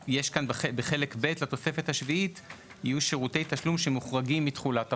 בחלק ב' לתוספת השביעית יהיו שירותי תשלום שמוחרגים מתחולת החוק.